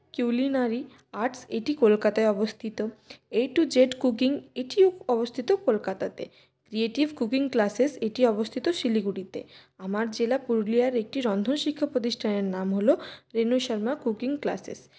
culinary arts এটি কলকাতায় অবস্থিত এটুজেড কুকিং এটিও অবস্থিত কলকাতাতে ক্রিয়েটিভ কুকিং ক্লাসেস এটি অবস্থিত শিলিগুড়িতে আমার জেলা পুরুলিয়ার একটি রন্ধন শিক্ষা প্রতিষ্ঠানের নাম হল রেনু শর্মা কুকিং ক্লাসেস